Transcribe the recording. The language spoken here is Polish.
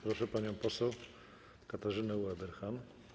Proszę panią poseł Katarzynę Ueberhan.